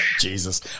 Jesus